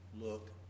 look